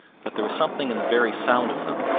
but there was something in the very sound of them,